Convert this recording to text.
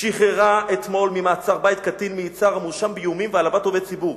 שחררה אתמול ממעצר בית קטין מיצהר המואשם באיומים והעלבת עובד ציבור.